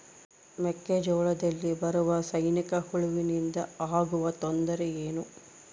ಮೆಕ್ಕೆಜೋಳದಲ್ಲಿ ಬರುವ ಸೈನಿಕಹುಳುವಿನಿಂದ ಆಗುವ ತೊಂದರೆ ಏನು?